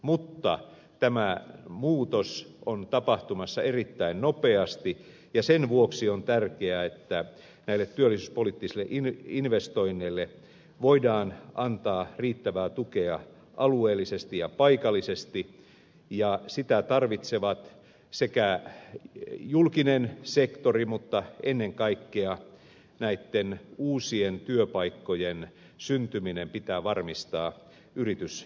mutta tämä muutos on tapahtumassa erittäin nopeasti ja sen vuoksi on tärkeää että näille työllisyyspoliittisille investoinneille voidaan antaa riittävää tukea alueellisesti ja paikallisesti ja sitä tarvitsee julkinen sektori mutta ennen kaikkea näitten uusien työpaikkojen syntyminen pitää varmistaa myös yrityssektorilla